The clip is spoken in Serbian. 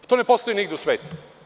To ne postoji nigde u svetu.